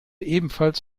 ebenfalls